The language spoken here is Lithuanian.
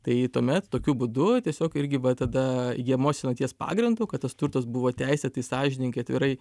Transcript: tai tuomet tokiu būdu tiesiog irgi va tada įgyjamos senaties pagrindu kad tas turtas buvo teisėtai sąžiningai atvirai